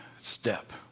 step